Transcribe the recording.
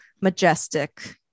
majestic